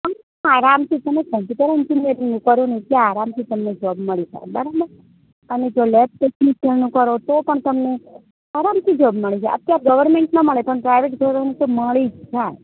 આરામથી તમે computer engineering કરો ને એટલે આરામથી તમને જૉબ મળી જાય બરાબર અને જો લેબ ટેક્નિશિયનનું કરો તો પણ તમને આરામથી જૉબ મળી જાય અત્યારે ગવર્મેન્ટ ના મળે પણ પ્રાઇવેટ ધોરણે તો મળી જ જાય